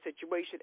situation